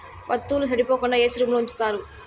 వత్తువుల సెడిపోకుండా ఏసీ రూంలో ఉంచుతారు